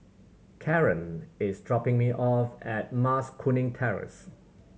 Caron is dropping me off at Mas Kuning Terrace